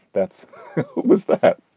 that's was that.